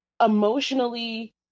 emotionally